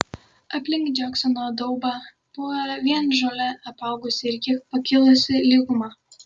aplink džeksono daubą buvo vien žole apaugusi ir kiek pakilusi lyguma